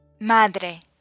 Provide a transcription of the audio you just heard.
Madre